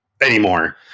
anymore